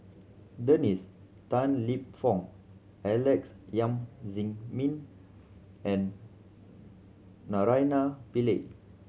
Dennis Tan Lip Fong Alex Yam Ziming and Naraina Pillai